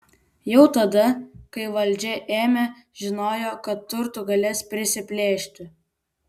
jau tada kai valdžią ėmė žinojo kad turtų galės prisiplėšti